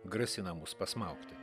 grasina mus pasmaugti